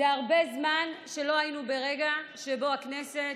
הרבה זמן לא היינו ברגע שהכנסת